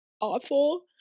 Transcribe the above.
awful